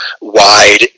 wide